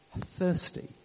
thirsty